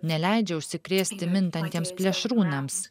neleidžia užsikrėsti mintantiems plėšrūnams